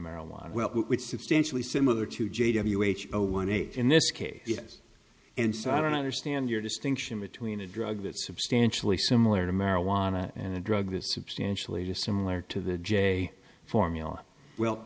marijuana would substantially similar to j w a h o one eight in this case yes and so i don't understand your distinction between a drug that substantially similar to marijuana and a drug that substantially dissimilar to the j formula well